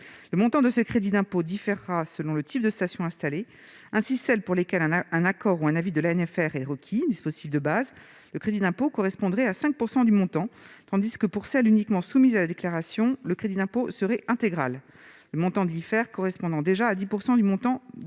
Le montant de ce crédit d'impôt différerait selon le type de station installée. Ainsi, celles pour lesquelles un accord ou un avis de l'ANFR est requis, c'est-à-dire le dispositif de base, le crédit d'impôt correspondrait à 5 % du montant, tandis que, pour celles qui seraient uniquement soumises à déclaration, le crédit d'impôt serait intégral, le montant de l'IFER correspondant déjà à 10 % du montant pour